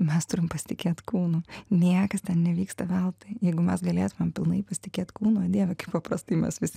mes turim pasitikėt kūnu niekas ten nevyksta veltui jeigu mes galėtumėm pilnai pasitikėt o dieve kaip paprastai mes visi